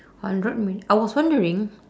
hundred mi~ I was wondering